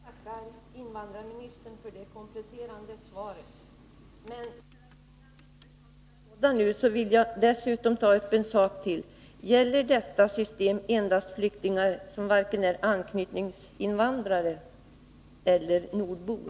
Herr talman! Jag tackar invandrarministern för det kompletterande svaret. Men för att inga missförstånd skall råda vill jag dessutom ta upp en sak till. Gäller detta system endast de flyktingar som varken är anknytningsinvandrare eller nordbor?